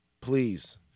Please